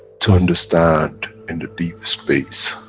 to understand in the deep space,